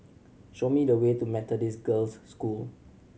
show me the way to Methodist Girls' School